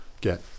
get